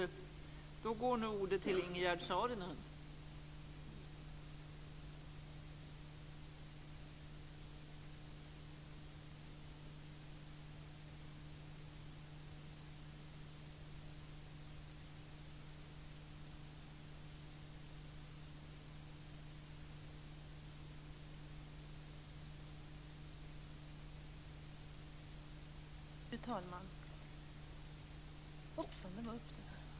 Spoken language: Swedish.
Fru talman!